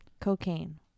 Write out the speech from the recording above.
Cocaine